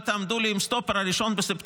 אל תעמדו לי עם סטופר על ה-1 בספטמבר.